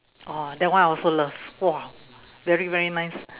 orh that one I also love !wow! very very nice